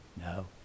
no